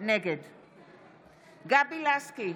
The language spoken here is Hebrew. גבי לסקי,